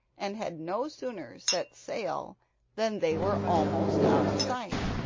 and had no sooner set sail than they were almost out of sight.